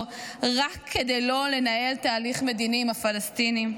כדי לא לנהל תהליך מדיני עם הפלסטינים?